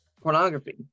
pornography